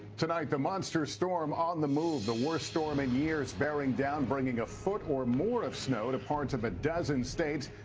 tonight the monster storm on the move the worst storm in years baring down bringing a foot or more of snow to parts of a dozen states.